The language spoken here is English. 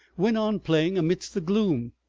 went on playing amidst the gloom,